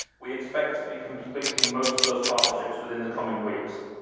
we expect to be completing most of those partnerships within the coming weeks.